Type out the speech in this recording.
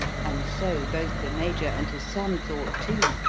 and so both the major and his son thought too,